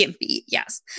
yes